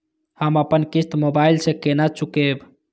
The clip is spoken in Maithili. हम अपन किस्त मोबाइल से केना चूकेब?